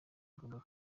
igomba